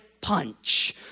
punch